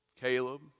Caleb